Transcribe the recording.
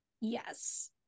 yes